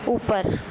ऊपर